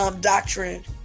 doctrine